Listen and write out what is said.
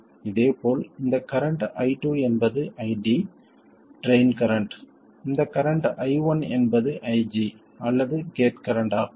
இதேபோல் இந்த current I2 என்பது ID ட்ரைன் கரண்ட் இந்த கரண்ட் I1 என்பது IG அல்லது கேட் கரண்ட் ஆகும்